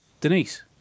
Denise